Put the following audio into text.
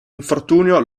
infortunio